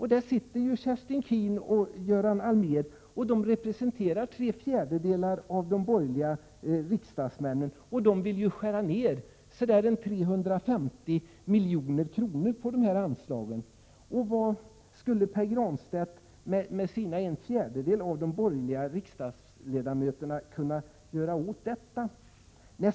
Här sitter Kerstin Keen och Göran Allmér och representerar tre fjärdedelar av de borgerliga riksdagsmännen. De vill skära ned ca 350 milj.kr. på dessa anslag. Vad skall Pär Granstedt med sin fjärdedel av de borgerliga riksdagsledamöterna kunna göra åt detta?